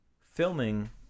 filming